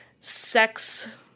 sex